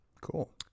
Cool